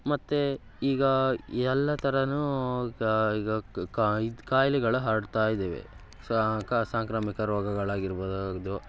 ಮತ್ತು ಈಗ ಎಲ್ಲ ಥರವೂ ಇದು ಖಾಯ್ಲೆಗಳು ಹರಡ್ತಾ ಇದ್ದಾವೆ ಸಾ ಕ ಸಾಂಕ್ರಾಮಿಕ ರೋಗಗಳಾಗಿರ್ಬೋದು ಇದು